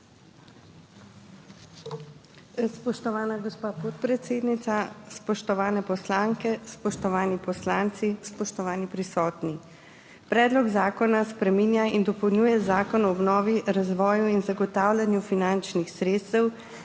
Spoštovana gospa podpredsednica. Spoštovane poslanke, spoštovani poslanci, spoštovani prisotni! Predlog zakona spreminja in dopolnjuje Zakon o obnovi, razvoju in zagotavljanju finančnih sredstev,